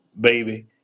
baby